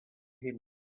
him